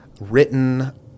written